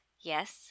Yes